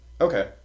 Okay